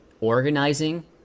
organizing